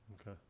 okay